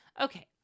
Okay